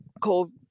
called